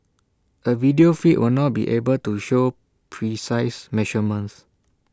A video feed will not be able to show precise measurements